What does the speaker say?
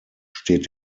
steht